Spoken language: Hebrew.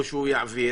או שהוא יעביר,